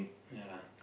ya lah